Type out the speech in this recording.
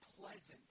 pleasant